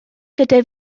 gyda